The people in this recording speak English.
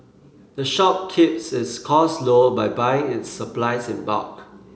the shop keeps its costs low by buying its supplies in bulk